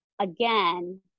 again